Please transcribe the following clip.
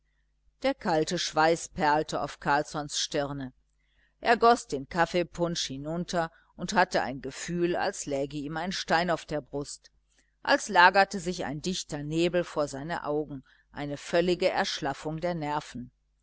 der kalte schweiß perlte auf carlssons stirne er goß den kaffeepunsch hinunter und hatte ein gefühl als läge ihm ein stein auf der brust als lagerte sich ein dichter nebel vor seine augen eine völlige erschlaffung der nerven